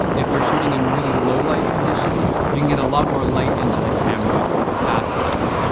if you're shooting in really low light conditions, you can get a lot more light into the camera with a fast lens.